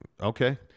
Okay